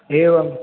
एवम्